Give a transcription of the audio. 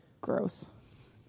Gross